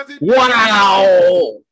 Wow